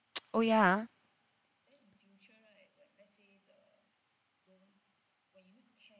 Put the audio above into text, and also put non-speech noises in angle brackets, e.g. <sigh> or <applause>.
<noise> oh ya ah